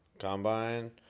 Combine